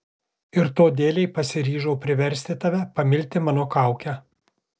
ir to dėlei pasiryžau priversti tave pamilti mano kaukę